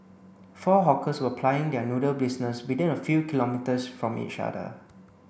four hawkers were plying their noodle business within a few kilometres from each other